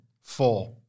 Four